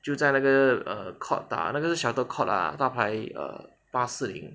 就在那个 err court 打那个是 shuttle court lah 大牌 err 八四零